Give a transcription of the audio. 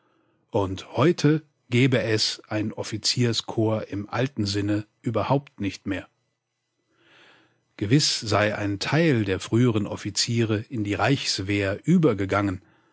und heute gebe es ein offizierkorps im alten sinne überhaupt nicht mehr gewiß sei ein teil der früheren offiziere in die reichswehr übergegangen